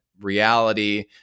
reality